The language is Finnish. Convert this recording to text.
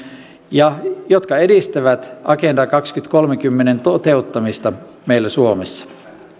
ja jotka edistävät agenda kaksituhattakolmekymmentän toteuttamista meillä suomessa